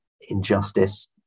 injustice